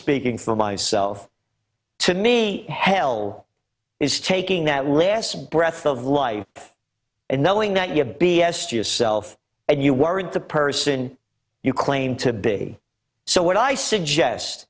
speaking for myself to me hell is taking that last breath of life and knowing that u b s yourself and you weren't the person you claim to be so what i suggest